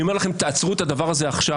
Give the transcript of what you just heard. אני אומר לכם תעצרו את הדבר הזה עכשיו.